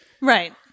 Right